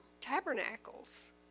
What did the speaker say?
tabernacles